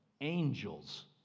angels